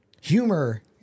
Humor